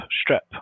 strip